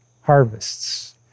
harvests